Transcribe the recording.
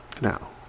Now